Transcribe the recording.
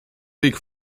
weg